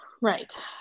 Right